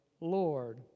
Lord